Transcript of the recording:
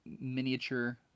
miniature